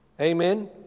Amen